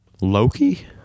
Loki